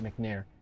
McNair